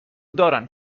دارن